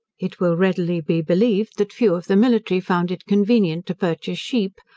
it will readily be believed, that few of the military found it convenient to purchase sheep,